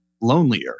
lonelier